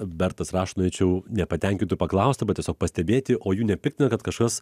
bertas rašo norėčiau nepatenkintų paklaust ar tiesiog pastebėti o jų nepiktina kad kažkas